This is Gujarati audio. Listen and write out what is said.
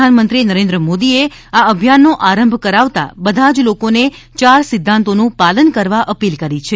પ્રધાનમંત્રી નરેન્દ્ર મોદીએ આ અભિયાનનો આરંભ કરાવતા બધા જ લોકોને યાર સિદ્ધાંતોનું પાલન કરવા અપીલ કરી છે